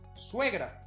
Suegra